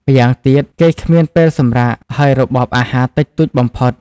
ម្យ៉ាងទៀត គេគ្មានពេលសម្រាក ហើយរបបអាហារតិចតួចបំផុត ។